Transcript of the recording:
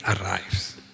arrives